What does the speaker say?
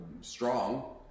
strong